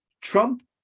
Trump